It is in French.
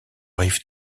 rive